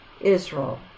Israel